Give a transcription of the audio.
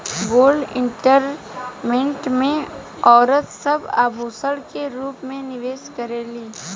gold investment में औरत सब आभूषण के रूप में निवेश करेली